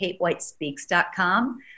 katewhitespeaks.com